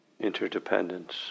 Interdependence